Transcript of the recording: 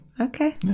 Okay